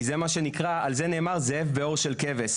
כי זה מה שנקרא, על זה נאמר, "זאב בעור של כבש".